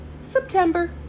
September